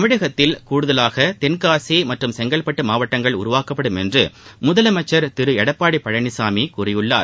தமிழகத்தில் கூடுதலாக தென்காசி மற்றும் செங்கல்பட்டு மாவட்டங்கள் உருவாக்கப்படும் என்று முதலமைச்சர் திரு எடப்பாடி பழனிசாமி கூறியுள்ளார்